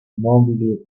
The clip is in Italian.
mobili